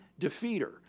defeater